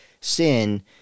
sin